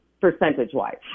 percentage-wise